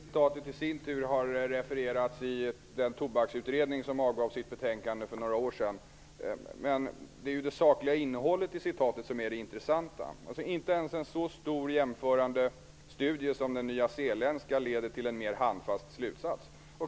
Herr talman! Det citatet har i sin tur refererats av den tobaksutredning som avgav sitt betänkande för några år sedan. Men det är det sakliga innehållet i citatet som är det intressanta. Inte ens en så stor jämförande studie som den som gjordes i Nya Zeeland ledde till någon handfast slutsats.